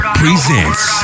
presents